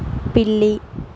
పిల్లి